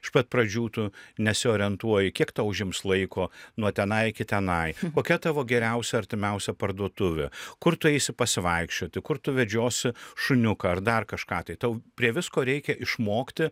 iš pat pradžių tu nesiorientuoji kiek ta užims laiko nuo tenai iki tenai kokia tavo geriausia artimiausia parduotuvė kur tu eisi pasivaikščioti kur tu vedžiosi šuniuką ar dar kažką tai tau prie visko reikia išmokti